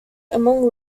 among